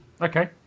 okay